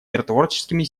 миротворческими